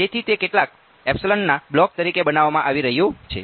તેથી તે કેટલાક ના બ્લોક તરીકે બનાવવામાં આવી રહ્યું છે